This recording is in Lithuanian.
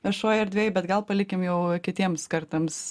viešojoj erdvėj bet gal palikim jau kitiems kartams